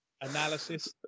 Analysis